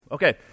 Okay